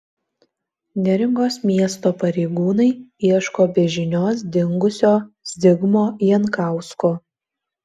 neringos miesto pareigūnai ieško be žinios dingusio zigmo jankausko